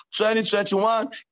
2021